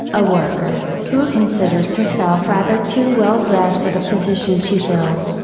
a worker, who considers herself rather too well bred for the position she fills,